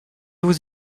vous